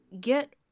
get